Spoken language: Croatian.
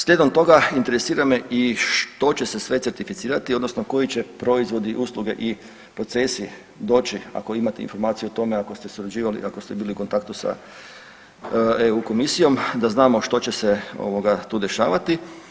Slijedom toga interesira me i što će se sve certificirati odnosno koji će proizvodi, usluge i procesi doći ako imate informaciju o tome, ako ste surađivali, ako ste bili u kontaktu sa EU Komisijom da znamo što će se tu dešavati.